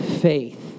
faith